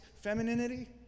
femininity